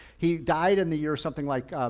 he died in the year or something like,